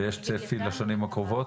יש צפי לשנים הקרובות?